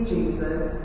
Jesus